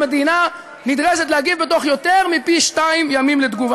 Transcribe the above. המדינה נדרשת להגיב תוך יותר מפי שניים ימים על העתירה.